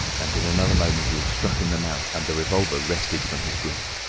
and in another moment he was struck in the mouth and the revolver wrested from his grip.